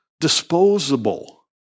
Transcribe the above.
disposable